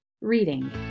READING